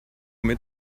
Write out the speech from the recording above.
mit